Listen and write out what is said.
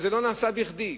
ווזה לא נעשה בכדי,